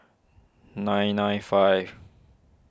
nine nine five